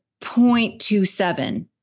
0.27